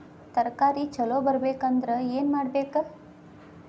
ತರಕಾರಿ ಛಲೋ ಬರ್ಬೆಕ್ ಅಂದ್ರ್ ಏನು ಮಾಡ್ಬೇಕ್?